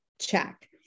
check